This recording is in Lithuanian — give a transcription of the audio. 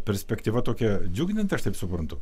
perspektyva tokia džiuginanti aš taip suprantu